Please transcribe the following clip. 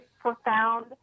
profound